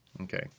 Okay